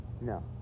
No